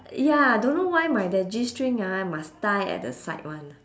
ya don't know why my that g-string ah must tie at the side [one]